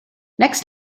next